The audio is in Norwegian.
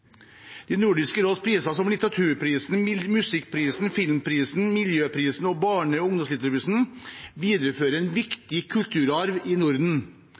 råds priser. Nordisk råds priser, som litteraturprisen, musikkprisen, filmprisen, miljøprisen og barne- og ungdomslitteraturprisen, viderefører en viktig kulturarv i Norden,